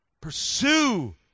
Pursue